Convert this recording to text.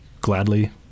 gladly